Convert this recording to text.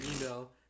email